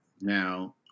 Now